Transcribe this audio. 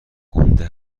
گنده